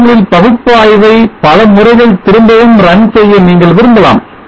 சில நேரங்களில் பகுப்பாய்வு பகுப்பாய்வை பல முறைகள் திரும்பவும் run செய்ய நீங்கள் விரும்பலாம்